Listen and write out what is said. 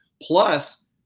Plus